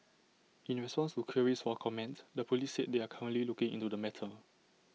in response to queries for comment the Police said they are currently looking into the matter